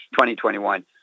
2021